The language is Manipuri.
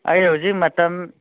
ꯑꯩ ꯍꯧꯖꯤꯛ ꯃꯇꯝ